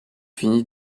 finit